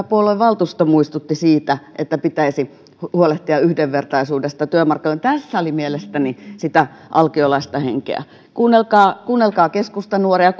puoluevaltuusto muistutti siitä että pitäisi huolehtia yhdenvertaisuudesta työmarkkinoilla tässä oli mielestäni sitä alkiolaista henkeä kuunnelkaa kuunnelkaa keskustanuoria